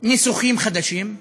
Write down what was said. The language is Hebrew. ניסוחים חדשים,